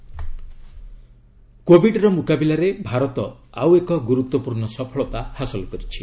Covid status କୋବିଡ୍ର ମୁକାବିଲାରେ ଭାରତ ଆଉ ଏକ ଗୁରୁତ୍ୱପୂର୍ଣ୍ଣ ସଫଳତା ହାସଲ କରିଛି